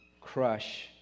crush